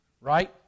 Right